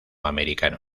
americano